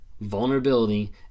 vulnerability